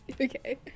Okay